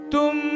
Tum